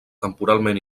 temporalment